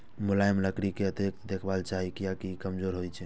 मुलायम लकड़ी कें अतिरिक्त देखभाल चाही, कियैकि ई कमजोर होइ छै